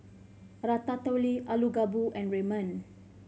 Ratatouille Alu Gobi and Ramen